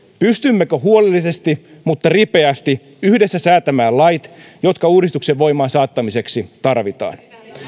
pystymmekö huolellisesti mutta ripeästi yhdessä säätämään lait jotka uudistuksen voimaan saattamiseksi tarvitaan